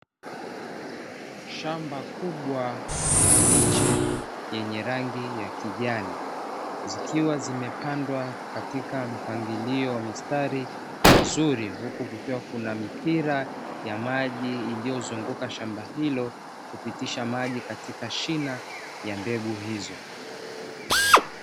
Shamba kubwa la miche yenye rangi ya kijani, zikiwa zimepandwa katika mpangilio wa mistari mizuri, huku kukiwa kuna mipira ya maji, iliyozunguka shamba hilo kupitisha maji katika shina ya mbegu hizo.